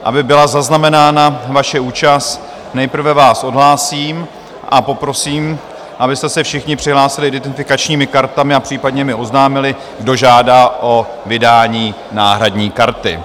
Aby byla zaznamenána vaše účast, nejprve vás odhlásím a poprosím, abyste se všichni přihlásili identifikačními kartami a případně mi oznámili, kdo žádá o vydání náhradní karty.